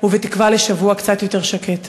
ובתקווה לשבוע קצת יותר שקט.